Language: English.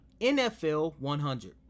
NFL100